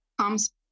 comes